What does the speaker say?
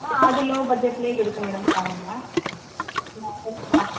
ஆ அது லோ பட்ஜெட்லயும் இருக்குது மேடம் பாருங்கள் இந்தா எடுத்து காட்டுறேன்